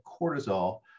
cortisol